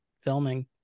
filming